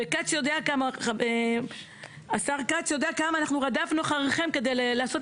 וכץ יודע כמה אנחנו רדפנו אחריכם כדי לעשות